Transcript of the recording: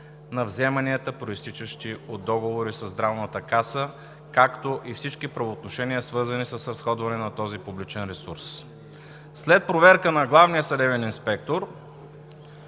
на вземанията, произтичащи от договори със Здравната каса, както и всички правоотношения, свързани с разходване на този публичен ресурс. След проверка на главния съдебен инспектор